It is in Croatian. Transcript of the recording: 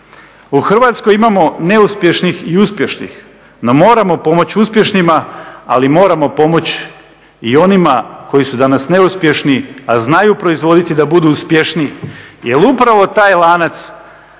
U Hrvatskoj imamo neuspješnih i uspješnih, no moramo pomoći uspješnima ali moramo pomoći i onima koji su danas neuspješni, a znaju proizvoditi da budu uspješniji jer upravo taj lanac